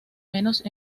menos